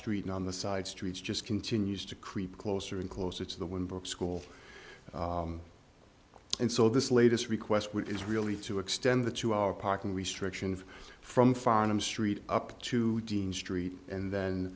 street on the side streets just continues to creep closer and closer to the wind brooke school and so this latest request which is really to extend the two hour parking restrictions from farnham street up to street and then